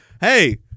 Hey